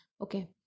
okay